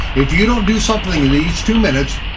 if you don't do something in these two minutes,